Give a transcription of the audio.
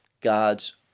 God's